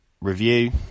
review